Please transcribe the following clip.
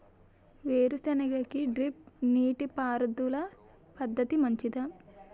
వేరుసెనగ కి డ్రిప్ నీటిపారుదల పద్ధతి మంచిదా?